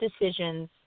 decisions